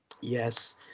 Yes